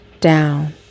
down